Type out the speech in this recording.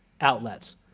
outlets